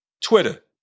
Twitter